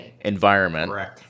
environment